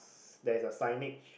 there's a signage